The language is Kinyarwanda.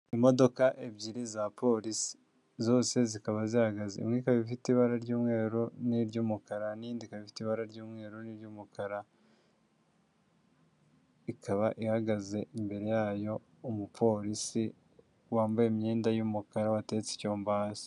Imodoka ebyiri za polisi. Zose zikaba zihagaze. imwe ikaba ifite ibara ry'umweru n'iryumukara n'indi ikaba ifite ibara ry'umweru n'iryumukara. ikaba ihagaze imbere yayo umupolisi wambaye imyenda y'umukara wateretse icyomba hasi.